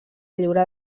lliure